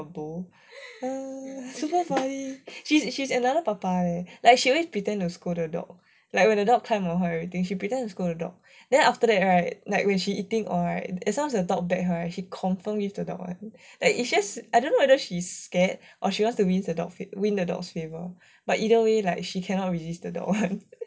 super funny she's she's another papa leh like she always pretend to scold the dog like when the dog climb on her and everything she pretend to scold the dog then after that right like when she eating or right as long as the dog look at her she confirm give the dog and it's just I don't know whether she's scared or she wants to win the dog's favour but either way like she cannot resist the dog